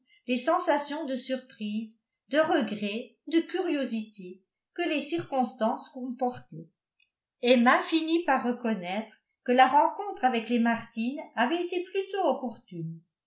les sensations de surprise de regret de curiosité que les circonstance comportaient emma finit par reconnaître que la rencontre avec les martin avait été plutôt opportune